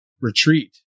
retreat